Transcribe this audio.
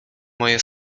moje